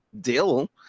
dill